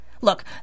Look